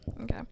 okay